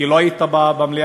כי לא היית במליאה,